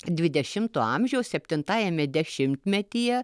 dvidešimto amžiaus septintajame dešimtmetyje